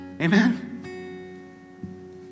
Amen